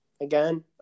again